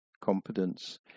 competence